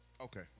Okay